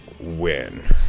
win